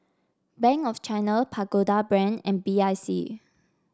Bank of China Pagoda Brand and B I C